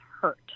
hurt